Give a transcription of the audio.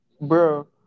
bro